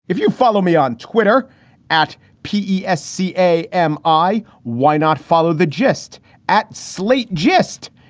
if you follow me on twitter at p s. seei am i why not follow the gist at slate gist.